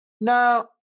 Now